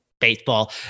baseball